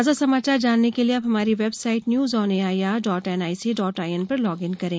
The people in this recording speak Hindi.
ताजा समाचार जानने के लिए आप हमारी website news on A I R dot N I C dot I N पर लॉग इन करें